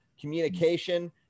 communication